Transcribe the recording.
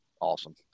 awesome